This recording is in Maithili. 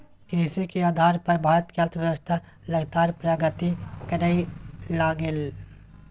कृषि के आधार पर भारत के अर्थव्यवस्था लगातार प्रगति करइ लागलइ